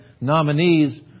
nominees